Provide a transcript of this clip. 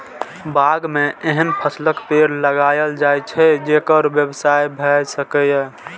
बाग मे एहन फलक पेड़ लगाएल जाए छै, जेकर व्यवसाय भए सकय